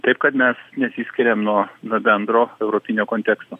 taip kad mes nesiskiriam nuo nuo bendro europinio konteksto